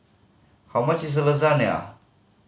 how much is Lasagnia